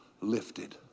lifted